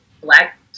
black